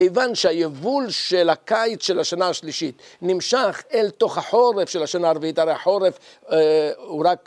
כיוון שהיבול של הקיץ של השנה השלישית נמשך אל תוך החורף של השנה הרביעית, הרי החורף הוא רק...